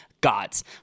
gods